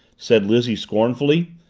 said lizzie scornfully.